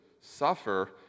suffer